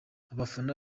abafana